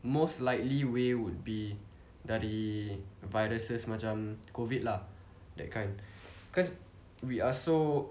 most likely way would be dari viruses macam COVID lah that kind cause we are so